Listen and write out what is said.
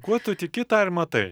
kuo tu tiki tą ir matai